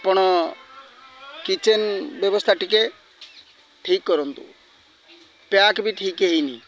ଆପଣ କିଚେନ୍ ବ୍ୟବସ୍ଥା ଟିକେ ଠିକ୍ କରନ୍ତୁ ପ୍ୟାକ୍ ବି ଠିକ୍ ହେଇନି